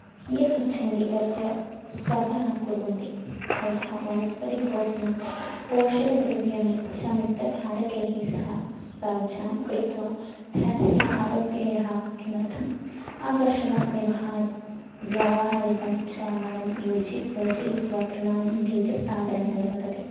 कियत् इच्छन्ति तस्य स्पर्धाः कुर्वन्ति भवतः वनस्पतिभोजनं पोषकद्रव्याणि च मुक्तभारकैः सह साज्झां कृत्वा धनस्य अपव्ययः किमर्थम् आकर्षकं व्यवहारः व्यावहारिकं छ मलं योजयित्वा योजयित्वा तृणानि बीजस्थापनं निर्वर्तयति